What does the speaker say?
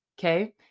Okay